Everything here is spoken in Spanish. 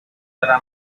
hará